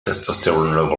testosterone